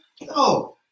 No